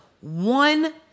one